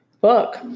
Book